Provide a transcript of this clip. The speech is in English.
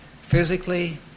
Physically